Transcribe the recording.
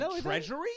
treasury